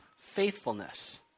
faithfulness